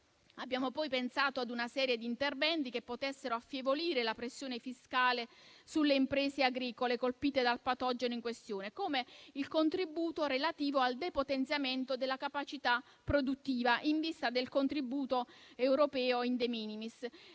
Abbiamo poi pensato a una serie di interventi che potessero affievolire la pressione fiscale sulle imprese agricole colpite dal patogeno in questione, come il contributo relativo al depotenziamento della capacità produttiva in vista del contributo europeo *in de minimis*